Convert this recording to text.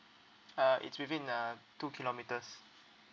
uh it's within uh two kilometres